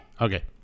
Okay